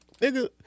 Nigga